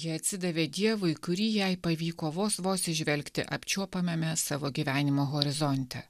ji atsidavė dievui kurį jai pavyko vos vos įžvelgti apčiuopiamame savo gyvenimo horizonte